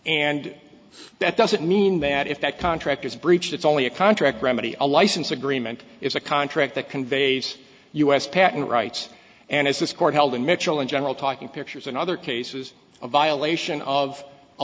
and that doesn't mean that if that contract is breached it's only a contract remedy a license agreement is a contract that conveys u s patent rights and as this court held in mitchell in general talking pictures and other cases of violation of a